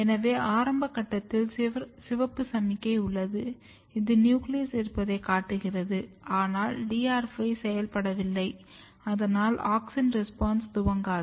எனவே ஆரம்ப கட்டத்தில் சிவப்பு சமிக்ஞை உள்ளது இது நியூக்ளியஸ் இருப்பதை காட்டுகிறது ஆனால் DR 5 செயல்படவில்லை அதனால் ஆக்ஸின் ரெஸ்பான்ஸ் துவங்காது